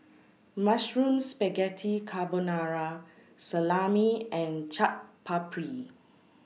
Mushroom Spaghetti Carbonara Salami and Chaat Papri